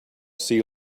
sea